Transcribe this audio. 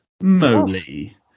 moly